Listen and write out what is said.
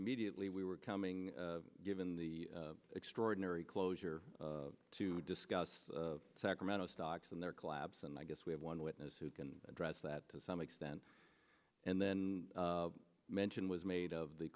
immediately we were coming given the extraordinary closure to discuss sacramento stocks and their collapse and i guess we have one witness who can address that to some extent and then mention was made of the